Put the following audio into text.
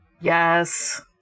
Yes